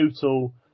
total